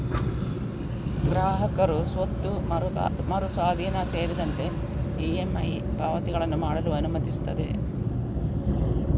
ಗ್ರಾಹಕರು ಸ್ವತ್ತು ಮರು ಸ್ವಾಧೀನ ಸೇರಿದಂತೆ ಇ.ಎಮ್.ಐ ಪಾವತಿಗಳನ್ನು ಮಾಡಲು ಅನುಮತಿಸುತ್ತದೆ